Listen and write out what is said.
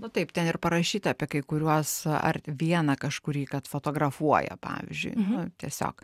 nu taip ten ir parašyta apie kai kuriuos ar vieną kažkurį kad fotografuoja pavyzdžiui